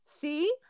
See